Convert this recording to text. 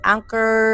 Anchor